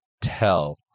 tell